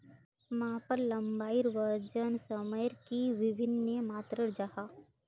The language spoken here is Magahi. मापन लंबाई वजन सयमेर की वि भिन्न मात्र जाहा?